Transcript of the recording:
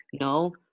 no